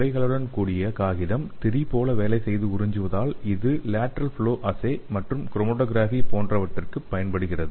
துளைகளுடன் கூடிய காகிதம் திரி போல வேலை செய்து உறிஞ்சுவதால் இது லேட்ரல் புளோ அசே மற்றும் குரோமடோகிராபி போன்றவற்றிற்கு பயன்படுகிறது